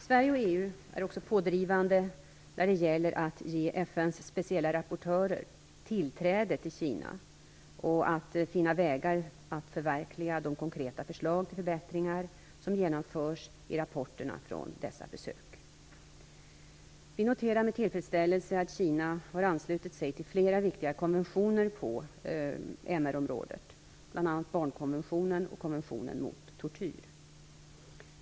Sverige och EU är också pådrivande när det gäller att ge FN:s speciella rapportörer tillträde till Kina och att finna vägar att förverkliga de konkreta förslag till förbättringar som framförs i rapporterna från dessa besök. Vi noterar med tillfredsställelse att Kina har anslutit sig till flera viktiga konventioner på MR området, bl.a. barnkonventionen och konventionen mot tortyr.